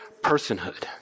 personhood